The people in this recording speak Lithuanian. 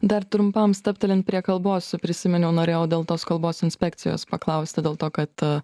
dar trumpam stabtelint prie kalbos prisiminiau norėjau dėl tos kalbos inspekcijos paklausti dėl to kad